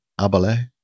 Abale